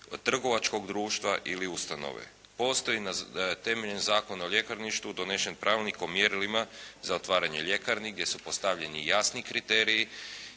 trgovačkog društva ili ustanove. Postoji temeljem Zakona o ljekarništvu donesen pravilnik o mjerilima za otvaranje ljekarni gdje su Postavljeni jasni kriteriji